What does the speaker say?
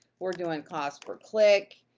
we're doing cost per click,